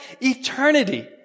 eternity